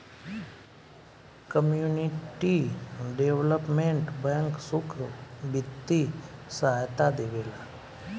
community development bank सुख बित्तीय सहायता देवेला